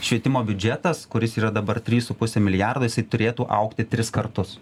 švietimo biudžetas kuris yra dabar trys su puse milijardo jisai turėtų augti tris kartus